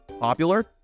popular